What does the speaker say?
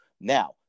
Now